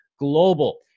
Global